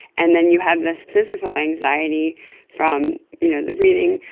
and then you have this physical anxiety from you know the breathing,